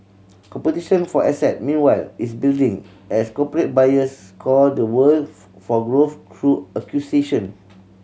competition for asset meanwhile is building as corporate buyers scour the world for growth through acquisition